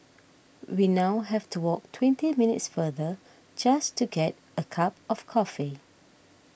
we now have to walk twenty minutes farther just to get a cup of coffee